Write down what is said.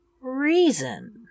reason